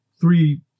three